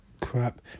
crap